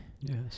Yes